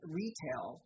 retail